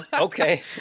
Okay